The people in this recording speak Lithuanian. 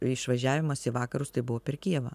išvažiavimas į vakarus tai buvo per kijevą